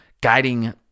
guiding